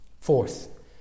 Fourth